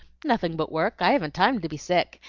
nothing but work i haven't time to be sick,